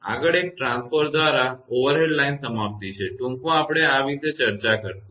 આગળ એક ટ્રાન્સફોર્મર દ્વારા ઓવરહેડ લાઇન સમાપ્તિ છે ટૂંકમાં આપણે આ વિશે ચર્ચા કરીશું